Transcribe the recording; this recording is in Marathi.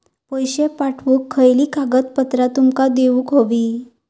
पैशे पाठवुक खयली कागदपत्रा तुमका देऊक व्हयी?